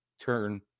turn